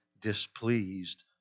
displeased